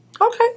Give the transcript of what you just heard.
Okay